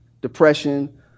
Depression